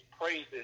praises